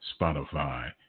Spotify